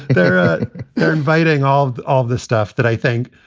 they're they're inviting all all of this stuff that i think,